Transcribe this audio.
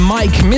Mike